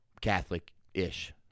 Catholic-ish